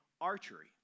archery